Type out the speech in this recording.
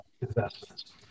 investments